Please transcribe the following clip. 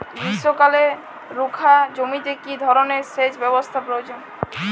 গ্রীষ্মকালে রুখা জমিতে কি ধরনের সেচ ব্যবস্থা প্রয়োজন?